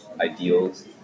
ideals